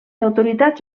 autoritats